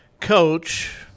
coach –